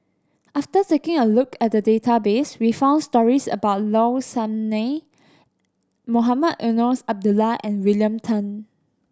after taking a look at the database we found stories about Low Sanmay Mohamed Eunos Abdullah and William Tan